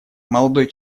молодой